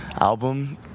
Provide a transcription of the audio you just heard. album